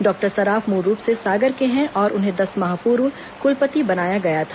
doctor Saraf मूल रूप से सागर के हैं और उन्हें दस माह पूर्व कुलपति बनाया गया था